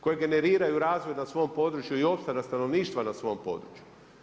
Koji generiraju razvoj na svom području i opstanak stanovništva na svom području.